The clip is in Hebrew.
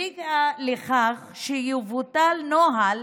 הביאה לכך שיבוטל נוהל